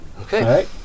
Okay